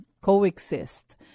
coexist